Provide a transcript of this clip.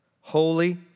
holy